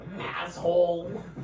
asshole